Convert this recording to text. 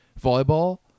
volleyball